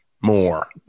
more